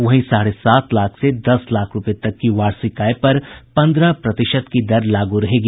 वहीं साढ़े सात लाख से दस लाख रूपये तक की वार्षिक आय पर पन्द्रह प्रतिशत की दर लागू होगी